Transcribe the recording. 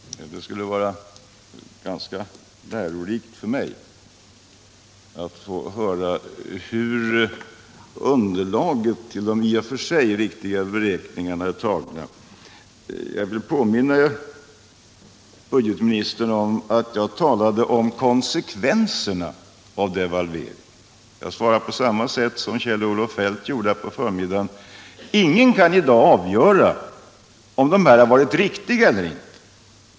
Herr talman! Pet skulle vara ganska lärorikt för mig att få höra hur underlaget ull de i och för sig riktiga beräkningarna har tagits fram. Jag vill påminna budgetministern om att jag talade om konsekvenserna av devalveringarna. Jag svarade på samma sätt som Kjell-Olof Fetdt gjorde i förmiddags: Ingen kan i dag avgöra om devalveringarna har varit riktiga eller inte.